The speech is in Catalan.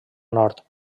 nord